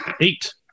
eight